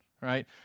right